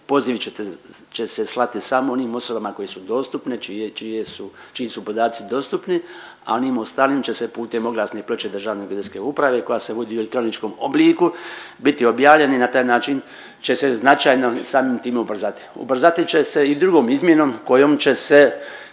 Poziv će se slati samo onim osobama koje su dostupne, čiji su podaci dostupni, a onim ostalim će se putem oglasne ploče Državne geodetske uprave koja se vodi u elektroničkom obliku biti objavljeni i na taj način će se značajno samim time ubrzati. Ubrzati će se i drugom izmjenom kojom će se